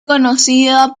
conocida